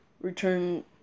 return